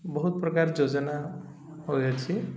ବହୁତ ପ୍ରକାର ଯୋଜନା ହୋଇଅଛି